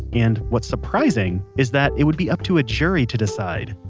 and, what's surprising is that it would be up to a jury to decide.